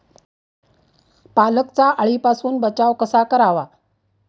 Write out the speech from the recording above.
पालकचा अळीपासून बचाव कसा करावा?